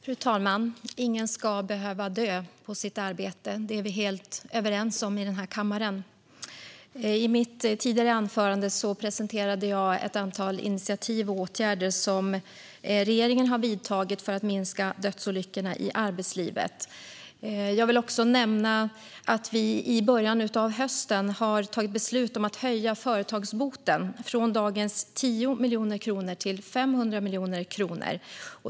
Fru talman! Fru talman! Ingen ska behöva dö på sitt arbete. Det är vi helt överens om i den här kammaren. I mitt tidigare anförande presenterade jag ett antal initiativ och åtgärder som regeringen har vidtagit för att minska antalet dödsolyckor i arbetslivet. I början av hösten tog vi också beslut om att höja företagsboten, från dagens 10 miljoner kronor till 500 miljoner kronor.